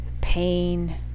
pain